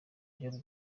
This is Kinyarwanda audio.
uburyo